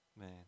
Man